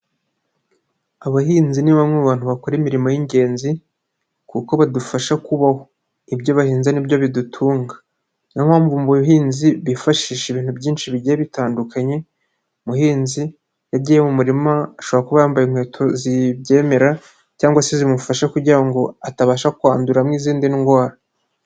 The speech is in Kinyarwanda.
Abahinzi ni bamwe mu bantu bakora imirimo y'ingenzi kuko badufasha kubaho. Ibyo bahinze nibyo bidutunga. Niyo mpamvu mu buhinzi bifashisha ibintu byinshi bigiye bitandukanye, umuhinzi iyo agiye mu murima ashobora kuba yambaye inkweto zibyemera cyangwa se zimufasha kugira ngo atabasha kwanduriramo izindi ndwara.